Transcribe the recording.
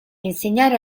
insegnare